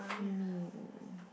mean